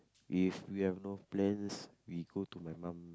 if we have no plans we go to my mum